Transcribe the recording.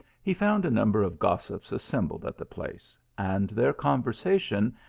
he found a number of gossips assembled at the place, and their conversation,